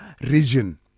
region